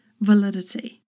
validity